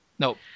No